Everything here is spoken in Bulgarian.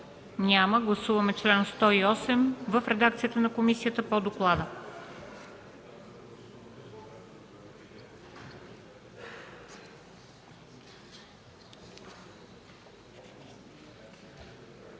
Няма. Гласуваме чл. 108 в редакцията на комисията по доклада.